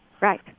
Right